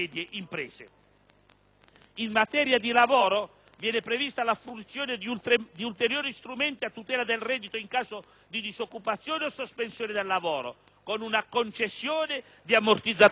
In materia di lavoro viene prevista la fruizione di ulteriori strumenti a tutela del reddito in caso di disoccupazione o sospensione dal lavoro, con una concessione di ammortizzatori sociali in deroga.